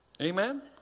Amen